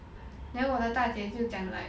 then 我的大姐就讲 like